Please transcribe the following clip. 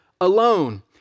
alone